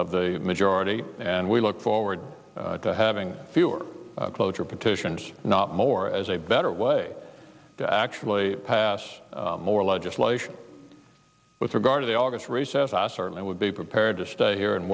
of the majority and we look forward to having fewer cloture petitions not more as a better way to actually pass more legislation with regard to the august recess asked certainly would be prepared to stay here and